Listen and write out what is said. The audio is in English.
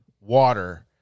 water—